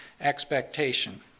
expectation